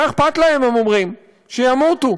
מה אכפת להם, הם אומרים, שימותו.